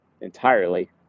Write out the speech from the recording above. entirely